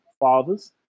Fathers